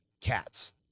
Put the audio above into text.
cats